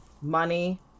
money